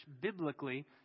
biblically